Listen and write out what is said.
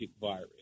virus